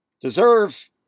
deserve